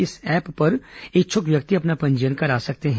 इस ऐप पर इच्छुक व्यक्ति अपना पंजीयन करा सकते हैं